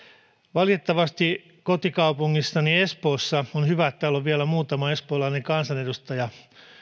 valitettavasti kotikaupungissani espoossa on hyvä että täällä on vielä muutama espoolainen kansanedustaja